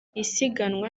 isiganwa